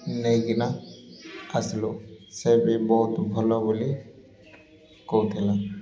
ନେଇକିନା ଆସିଲୁ ସେ ବି ବହୁତ ଭଲ ବୋଲି କହୁଥିଲା